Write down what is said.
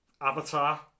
Avatar